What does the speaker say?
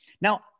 Now